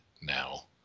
now